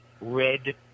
red